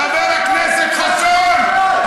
חבר הכנסת חסון,